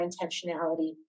intentionality